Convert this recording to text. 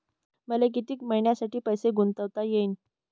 मले कितीक मईन्यासाठी पैसे गुंतवता येईन?